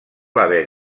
haver